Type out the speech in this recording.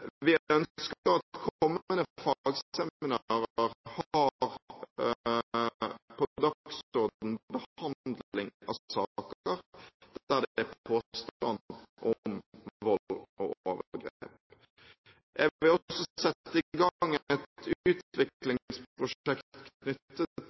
Vi ønsker at kommende fagseminarer har på dagsordenen behandling av saker der det er påstand om vold og overgrep. Jeg vil også sette i gang et